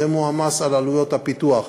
זה מועמס על עלויות הפיתוח,